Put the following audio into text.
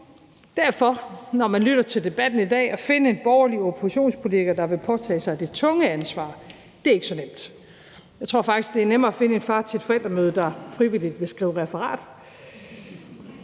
er det, når man lytter til debatten i dag, ikke så nemt at finde en borgerlig oppositionspolitiker, der vil påtage sig det tunge ansvar. Jeg tror faktisk, det er nemmere at finde en far til et forældremøde, der frivilligt vil skrive referat.